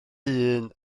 hun